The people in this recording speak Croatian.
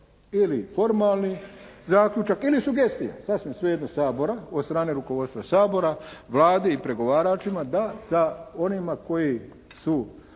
ili formalni zaključak ili sugestija, sasvim svejedno Sabora od strane rukovodstva Sabora, Vladi i pregovaračima da sa onima koji su